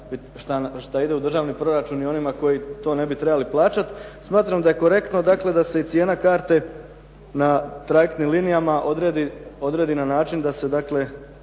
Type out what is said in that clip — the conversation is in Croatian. što ide u državni proračun i onima koji to ne bi trebali plaćati. Smatram da je korektno, dakle, da se i cijena karte na trajektnim linijama odredi na način da se dakle